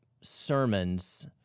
sermons